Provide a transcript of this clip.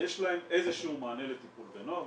יש להם איזשהו מענה לטיפול בנוער.